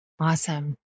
Awesome